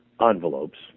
envelopes